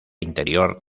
interior